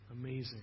Amazing